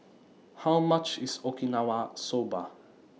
How much IS Okinawa Soba